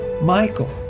Michael